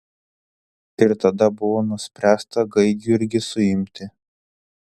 ir tada buvo nuspręsta gaidjurgį suimti